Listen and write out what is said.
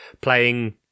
playing